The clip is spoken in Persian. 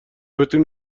بتونی